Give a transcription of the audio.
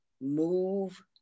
move